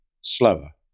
slower